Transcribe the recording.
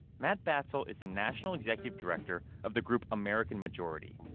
matt batzel is the national executive director of the group american majority.